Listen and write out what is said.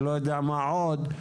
ולא יודע מה עוד,